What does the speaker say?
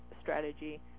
strategy